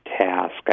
task